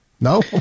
no